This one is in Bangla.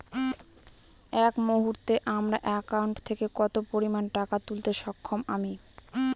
এই মুহূর্তে আমার একাউন্ট থেকে কত পরিমান টাকা তুলতে সক্ষম আমি?